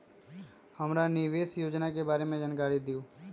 हमरा निवेस योजना के बारे में जानकारी दीउ?